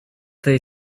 they